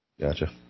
Gotcha